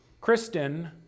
Kristen